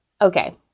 Okay